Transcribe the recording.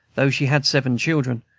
though she had seven children,